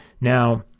Now